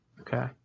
Okay